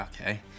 Okay